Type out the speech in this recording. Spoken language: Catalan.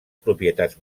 propietats